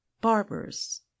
barbers